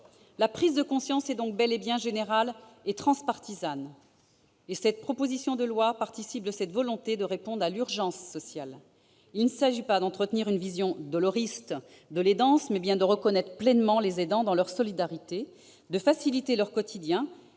La prise de conscience est donc bel et bien générale et transpartisane. Cette proposition de loi participe de cette volonté de répondre à l'urgence sociale. Il ne s'agit pas d'entretenir une vision doloriste de l'aidance, mais de reconnaître pleinement les aidants dans leur solidarité, de faciliter leur quotidien